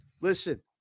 Listen